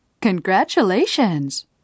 Congratulations